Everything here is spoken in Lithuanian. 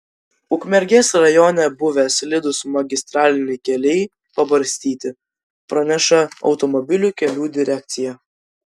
ukmergės rajone buvę slidūs magistraliniai keliai pabarstyti praneša automobilių kelių direkcija